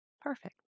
Perfect